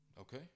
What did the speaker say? okay